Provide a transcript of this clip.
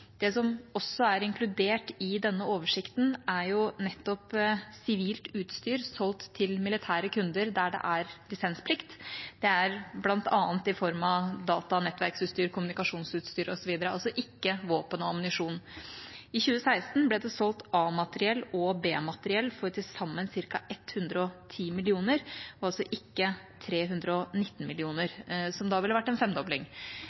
Det som også er inkludert i denne oversikten, er nettopp sivilt utstyr solgt til militære kunder der det er lisensplikt. Det er bl.a. i form av datanettverksutstyr, kommunikasjonsutstyr osv., altså ikke våpen og ammunisjon. I 2016 ble det solgt A-materiell og B-materiell for til sammen ca. 110 mill. kr – ikke 319 mill. kr, som da ville vært en femdobling.